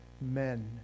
men